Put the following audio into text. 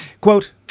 Quote